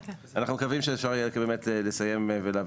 אנחנו מקווים שאפשר יהיה לסיים ולהביא